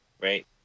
right